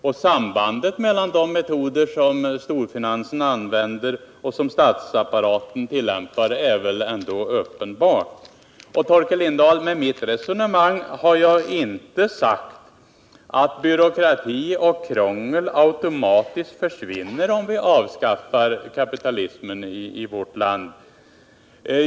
Och sambandet mellan de metoder som storfinansen använder och dem som statsapparaten tillämpar är väl ändå uppenbar. Jag har inte sagt, Torkel Lindahl, att byråkrati och krångel automatiskt försvinner om vi avskaffar kapitalismen i vårt land.